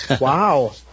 Wow